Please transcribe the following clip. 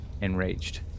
enraged